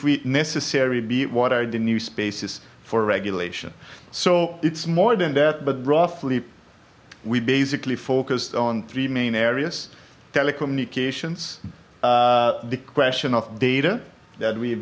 we necessarily be what are the new spaces for regulation so it's more than that but roughly we basically focused on three main areas telecommunications the question of data that we've